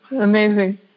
Amazing